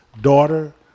daughter